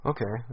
Okay